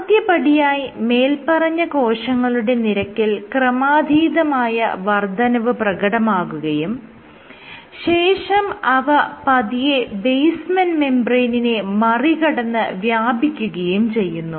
ആദ്യപടിയായി മേല്പറഞ്ഞ കോശങ്ങളുടെ നിരക്കിൽ ക്രമാധീതമായ വർദ്ധനവ് പ്രകടമാകുകയും ശേഷം അവ പതിയെ ബേസ്മെന്റ് മെംബ്രേയ്നിനെ മറികടന്ന് വ്യാപിക്കുകയും ചെയ്യുന്നു